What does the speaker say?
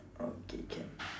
okay can